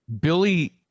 Billy